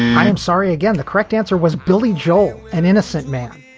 i'm sorry. again, the correct answer was billy joel an innocent man?